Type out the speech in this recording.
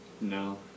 No